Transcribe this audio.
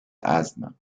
asthma